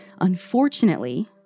Unfortunately